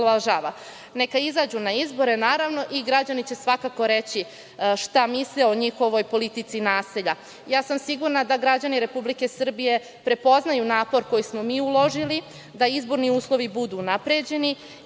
Neka izađu na izbore, naravno i građani će svakako reći šta misle o njihovoj politici nasilja. Ja sam sigurna da građani Republike Srbije prepoznaju napor koji smo mi uložili, da izborni uslovi budu unapređeni